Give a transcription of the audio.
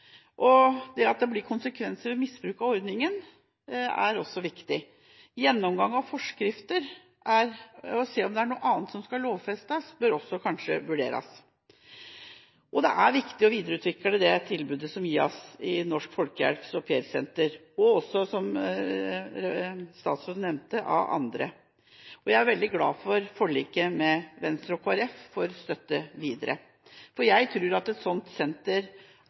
Det at det blir konsekvenser ved misbruk av ordningen, er også viktig. Gjennomgang av forskrifter for å se på om det er noe annet som skal lovfestes, bør kanskje også vurderes. Det er viktig å videreutvikle det tilbudet som gis i Norsk Folkehjelps aupairsenter og også – som statsråden nevnte – av andre. Jeg er veldig glad for forliket med Venstre og Kristelig Folkeparti om støtte videre. Jeg tror at et sånt senter